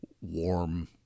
warm